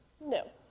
No